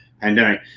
pandemic